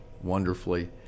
wonderfully